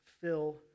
fill